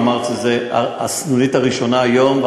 אמרת שזה הסנונית הראשונה היום,